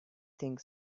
think